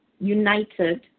united